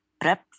prep